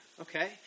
okay